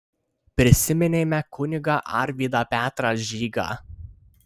prisiminėme kunigą arvydą petrą žygą